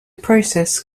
process